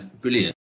brilliant